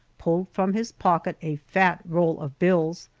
pulled from his pocket a fat roll of bills,